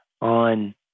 on